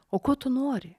o ko tu nori